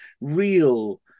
Real